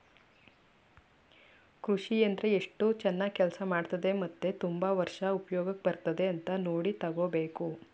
ಕೃಷಿ ಯಂತ್ರ ಎಸ್ಟು ಚನಾಗ್ ಕೆಲ್ಸ ಮಾಡ್ತದೆ ಮತ್ತೆ ತುಂಬಾ ವರ್ಷ ಉಪ್ಯೋಗ ಬರ್ತದ ಅಂತ ನೋಡಿ ತಗೋಬೇಕು